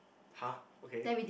[huh] okay